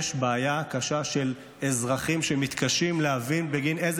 יש בעיה קשה של אזרחים שמתקשים להבין בגין אילו